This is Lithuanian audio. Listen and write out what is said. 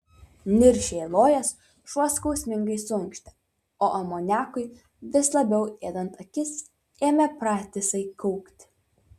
niršiai lojęs šuo skausmingai suinkštė o amoniakui vis labiau ėdant akis ėmė pratisai kaukti